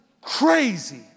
crazy